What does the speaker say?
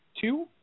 Two